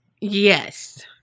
Yes